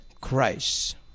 Christ